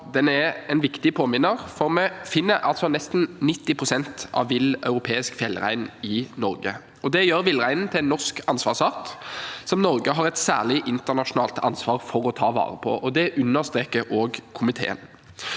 den er en viktig påminner, for vi finner altså nesten 90 pst. av vill europeisk fjellrein i Norge. Det gjør villreinen til en norsk ansvarsart, som Norge har et særlig internasjonalt ansvar for å ta vare på. Det understreker også komiteen.